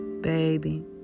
Baby